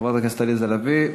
חברת הכנסת עליזה לביא,